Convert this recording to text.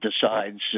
Decides